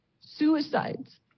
Suicides